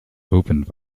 opened